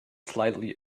slightly